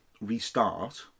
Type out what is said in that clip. restart